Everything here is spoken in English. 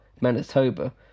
Manitoba